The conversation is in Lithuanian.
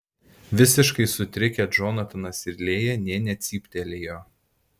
visiškai sutrikę džonatanas ir lėja nė necyptelėjo